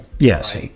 Yes